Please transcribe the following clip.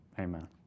amen